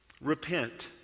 repent